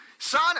Son